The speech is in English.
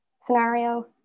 scenario